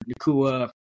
Nakua